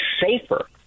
safer